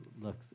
look